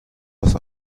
was